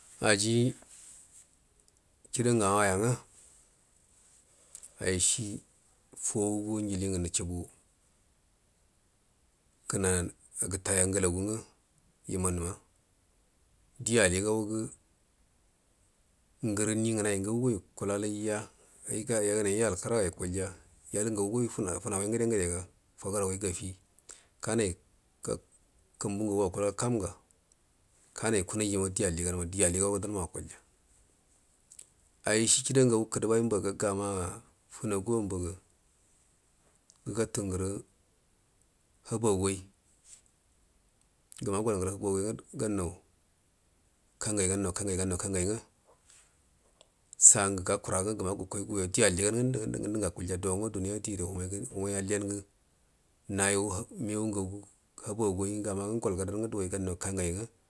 Aji kida ngawa yanga aishi fauwa njilingə shubu kənan gətai augalagu nga iman wa di aligaugu ngəra ni nganai ngagugo yu kulalaiya ai aingwoi yal kəraga yukalya yal agagugo fuuaga ugədc-ngədega fagaraga gaffi kanai ga kumba ngəgu akulga kanga kamai kunai jima di alli gan ma di aligaugu dama akdya aishi kida ugagu k dabai mbaga gaana funagura mbaga gugattu ngərə haba gawai gəma gol ngərə habagoi nga gannan kangai gannau kaugai gannau kaugai nga saugu gakwaragə nga guwa gokai guyo di alli gan agundu ngundu ngu akulya da nga daniya wai ngu gama gol ugradau nga dugai gannau iranga nga.